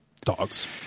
dogs